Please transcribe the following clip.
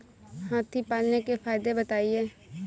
हाथी पालने के फायदे बताए?